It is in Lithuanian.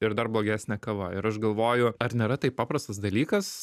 ir dar blogesnė kava ir aš galvoju ar nėra tai paprastas dalykas